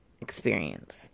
experience